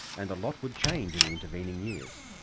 and a lot would change in the intervening years.